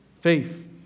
Faith